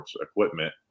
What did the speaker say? equipment